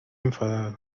enfadado